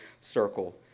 circle